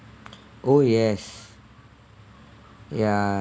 oh yes yeah